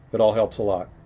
it all helps a lot.